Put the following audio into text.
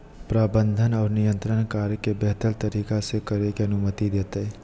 प्रबंधन और नियंत्रण कार्य के बेहतर तरीका से करे के अनुमति देतय